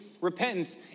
repentance